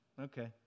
Okay